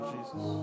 Jesus